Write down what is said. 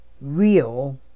real